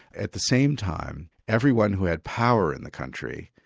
at the same time, everyone who had power in the country,